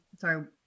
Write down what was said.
Sorry